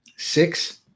Six